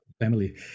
family